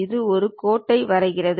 இது ஒரு கோட்டை வரைகிறது